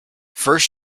first